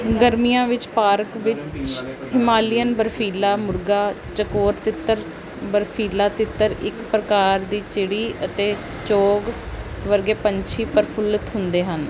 ਗਰਮੀਆਂ ਵਿੱਚ ਪਾਰਕ ਵਿੱਚ ਹਿਮਾਲੀਅਨ ਬਰਫ਼ੀਲਾ ਮੁਰਗਾ ਚਕੋਰ ਤਿੱਤਰ ਬਰਫ਼ੀਲਾ ਤਿੱਤਰ ਇਕ ਪ੍ਰਕਾਰ ਦੀ ਚਿੜੀ ਅਤੇ ਚੌਗ ਵਰਗੇ ਪੰਛੀ ਪ੍ਰਫੁੱਲਤ ਹੁੰਦੇ ਹਨ